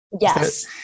yes